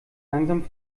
langsam